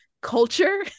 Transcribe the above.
culture